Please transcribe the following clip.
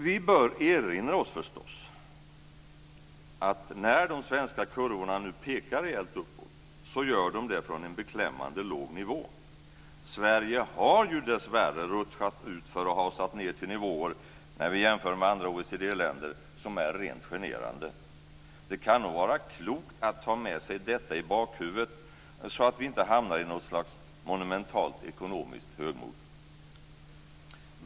Vi bör förstås erinra oss att när de svenska kurvorna nu pekar rejält uppåt, gör de det från en beklämmande låg nivå. När vi jämför med andra OECD-länder har ju Sverige dessvärre rutschat utför och hasat ned till nivåer som är rent generande. Det kan nog vara klokt att ha med sig detta i bakhuvudet så att vi inte hamnar i något slags monumentalt ekonomiskt högmod.